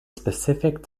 specific